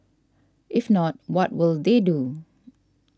if not what will they do